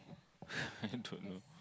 I don't know